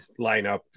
lineup